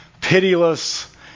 pitiless